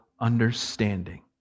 understanding